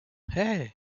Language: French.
hey